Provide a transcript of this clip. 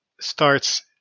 starts